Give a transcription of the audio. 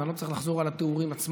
אז אני לא צריך לחזור על התיאורים עצמם.